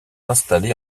installés